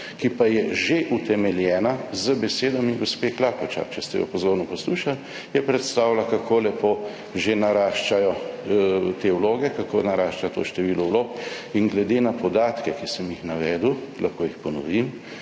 ki pa je že utemeljena z besedami gospe Klakočar. Če ste jo pozorno poslušali, je predstavila, kako lepo že naraščajo te vloge, kako narašča to število vlog. Glede na podatke, ki sem jih navedel, lahko jih ponovim